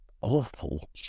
awful